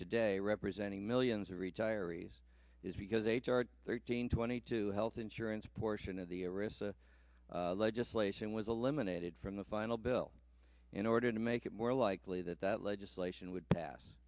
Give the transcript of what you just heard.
today representing millions of retirees is because h r thirteen twenty two health insurance portion of the arista legislation was eliminated from the final bill in order to make it more likely that that legislation would pass